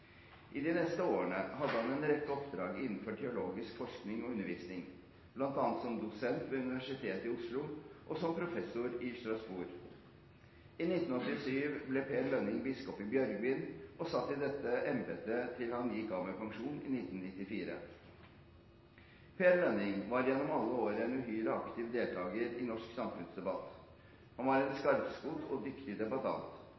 I de neste årene hadde han en rekke oppdrag innenfor teologisk forskning og undervisning, bl.a. som dosent ved Universitetet i Oslo og som professor i Strasbourg. I 1987 ble Per Lønning biskop i Bjørgvin, og satt i dette embetet til han gikk av med pensjon i 1994. Per Lønning var gjennom alle år en uhyre aktiv deltaker i norsk samfunnsdebatt. Han var